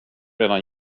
redan